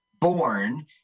born